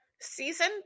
season